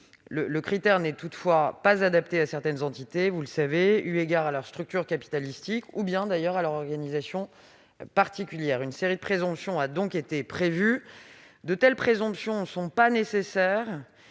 le critère n'est pas adapté à certaines entités, eu égard à leur structure capitalistique ou à leur organisation particulière. Une série de présomptions a donc été prévue. De telles présomptions ne sont pas nécessaires